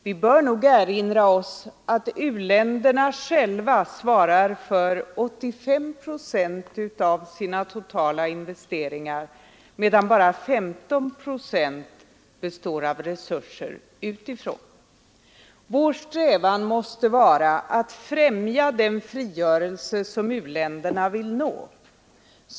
Vi bör nog erinra oss att u-länderna själva svarar för 85 procent av sina totala investeringar, medan bara 15 procent består av resurser utifrån. Vår strävan måste vara att främja den frigörelse som u-länderna vill nå.